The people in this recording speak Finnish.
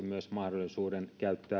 myös mahdollisuuden